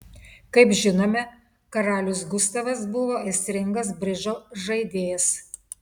kaip žinome karalius gustavas buvo aistringas bridžo žaidėjas